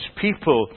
people